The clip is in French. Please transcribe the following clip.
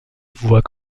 voit